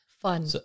Fun